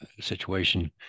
situation